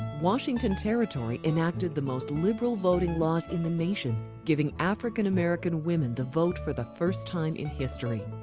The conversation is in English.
washington territory enacted the most liberal voting laws in the nation giving african american women the vote for the first time in history.